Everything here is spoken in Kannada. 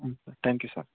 ಹ್ಞೂ ಸರ್ ತ್ಯಾಂಕ್ ಯು ಸರ್